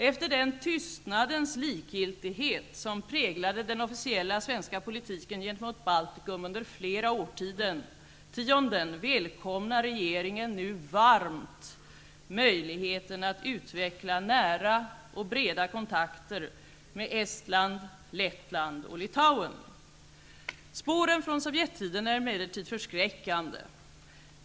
Efter den tystnadens likgiltighet som präglade den officiella svenska politiken gentemot Baltikum under flera årtionden välkomnar regeringen nu varmt möjligheten att utveckla nära och breda kontakter med Estland, Spåren från Sovjettiden är emellertid förskräckande.